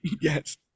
Yes